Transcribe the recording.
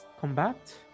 combat